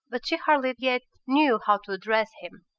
but she hardly yet knew how to address him.